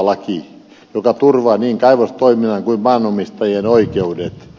laille joka turvaa niin kaivostoiminnan kuin maanomistajien oikeudet